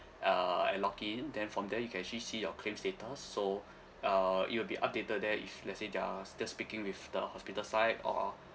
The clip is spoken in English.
uh and login then from there you can actually see your claim status so uh it will be updated there if let's say they are still speaking with the hospital side or